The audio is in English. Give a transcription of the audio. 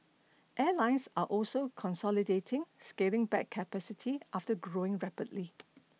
airlines are also consolidating scaling back capacity after growing rapidly